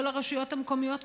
כל הרשויות המקומיות בישראל.